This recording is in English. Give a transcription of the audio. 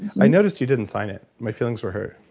i noticed you didn't sign it. my feelings were hurt